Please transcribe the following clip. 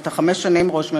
אתה חמש שנים ראש ממשלה,